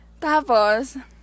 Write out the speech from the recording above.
tapos